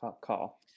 call